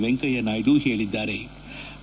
ವೆಂಕಯ್ಥನಾಯ್ದು ಹೇಳದ್ದಾರೆ